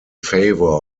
favour